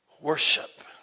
Worship